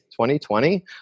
2020